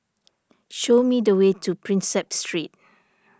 show me the way to Prinsep Street